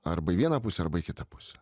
arba į vieną pusę arba į kitą pusę